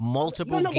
multiple